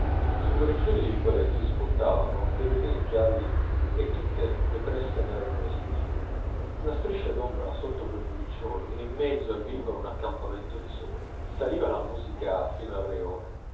sui muricciuoli del vicoletto spuntavano fiorellini gialli e tutte lo creste n'erano vestite una striscia d'ombra sotto quei muriccioli e in mezzo al vicolo un accampamento di sole saliva la musica fino al rione